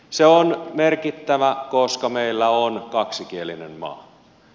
se on merkittävä koska meillä on kaksikielinen maa